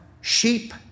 sheep